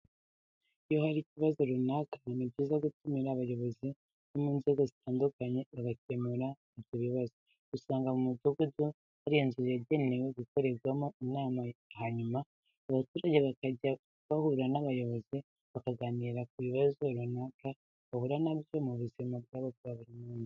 Iyo hari ikibazo runaka ni byiza gutumira abayobozi bo mu nzego zitandukanye bagakemura ibyo bibazo. Usanga mu mudugudu hari inzu yagenewe gukorerwamo inama hanyuma abaturage bakajya bahura n'abayobozi bakaganira ku bibazo runaka bahura na byo mu buzima bwabo bwa buri munsi.